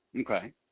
Okay